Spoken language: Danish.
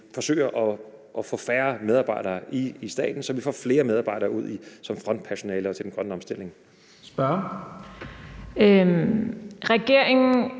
forsøger at få færre medarbejdere i staten, så vi får flere medarbejdere ud som frontpersonale og til den grønne omstilling. Kl.